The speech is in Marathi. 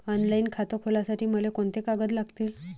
ऑनलाईन खातं खोलासाठी मले कोंते कागद लागतील?